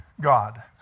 God